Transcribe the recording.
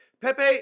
Pepe